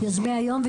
יוזמי היום.